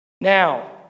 Now